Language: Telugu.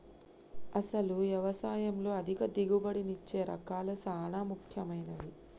అసలు యవసాయంలో అధిక దిగుబడినిచ్చే రకాలు సాన ముఖ్యమైనవి